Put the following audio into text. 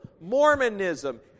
Mormonism